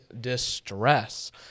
distress